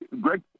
Greg